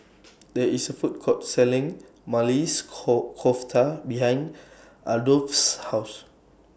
There IS A Food Court Selling Maili Kofta behind Adolphus' House